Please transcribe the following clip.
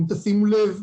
אם תשימו לב,